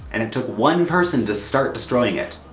and it took one person to start destroying it.